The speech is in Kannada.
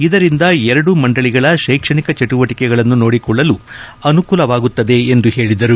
ಇದರಿಂದ ಎರಡೂ ಮಂಡಳಿಗಳ ಶ್ಮೆಕ್ಷಣಿಕ ಚಟುವಟಿಕೆಗಳನ್ನು ನೋಡಿಕೊಳ್ಳಲು ಅನುಕೂಲವಾಗುತ್ತದೆ ಎಂದು ಹೇಳಿದರು